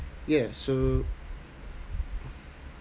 ya so